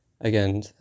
again